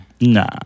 Nah